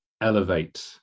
elevate